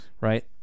right